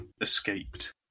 escaped